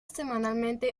semanalmente